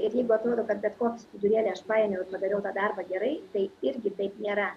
ir jeigu atrodo kad bet kokį skudurėlį aš paėmiau ir padariau tą darbą gerai tai irgi taip nėra